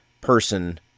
person